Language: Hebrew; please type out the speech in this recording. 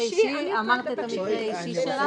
אמרת את המקרה האישי שלך.